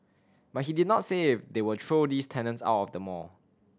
but he did not say if they will throw these tenants out of the mall